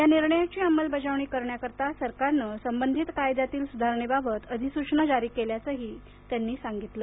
या निर्णयाची अंमलबजावणी करण्याकरता सरकारनं संबधित कायद्यातील सुधारणेबाबत अधिसूचना जारी केल्याचंही त्यांनी सांगितलं